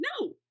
No